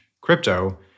crypto